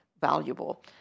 valuable